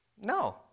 No